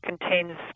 contains